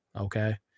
Okay